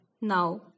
Now